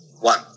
one